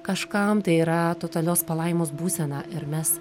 kažkam tai yra totalios palaimos būsena ir mes